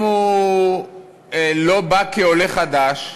אם הוא לא בא כעולה חדש,